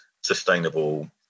sustainable